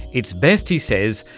it's best, he says,